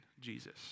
Jesus